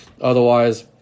Otherwise